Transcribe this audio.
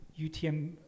UTM